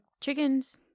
chickens